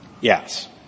Yes